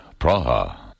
Praha